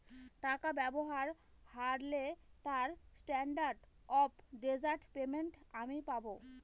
টাকা ব্যবহার হারলে তার স্ট্যান্ডার্ড অফ ডেজার্ট পেমেন্ট আমি পাব